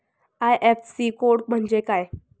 IFSC code म्हणजे काय?